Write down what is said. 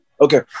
okay